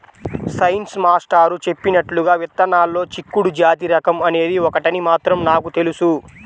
science master చెప్పినట్లుగా విత్తనాల్లో చిక్కుడు జాతి రకం అనేది ఒకటని మాత్రం నాకు తెలుసు